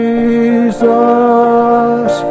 Jesus